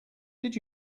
did